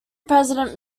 president